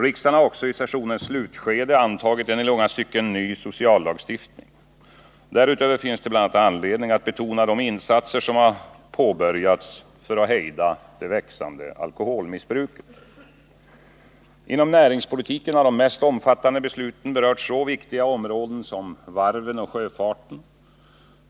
Riksdagen har också i sessionens slutskede antagit en i långa stycken ny sociallagstiftning. Därutöver finns det bl.a. anledning att betona de insatser som påbörjats för att hejda det växande alkoholmissbruket. Inom näringspolitiken har de mest omfattande besluten berört så viktiga områden som varven och sjöfarten.